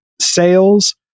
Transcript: sales